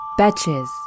Batches